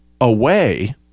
away